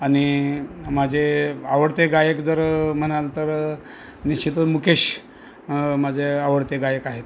आणि माझे आवडते गायक जर म्हणाल तर निश्चितच मुकेश माझे आवडते गायक आहेत